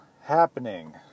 happening